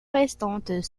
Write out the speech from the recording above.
restantes